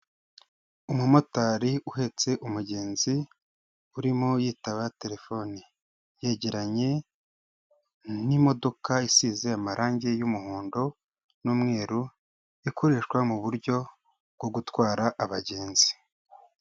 Umumotari uhetse umugenzi urimo yitaba telefone, yegeranye n'imodoka isize amarange y'umuhondo n'umweru, ikoreshwa mu buryo bwo gutwara abagenzi.